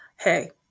hey